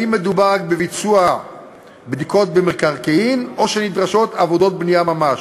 אם מדובר רק בביצוע בדיקות במקרקעין או שנדרשות עבודות בנייה ממש.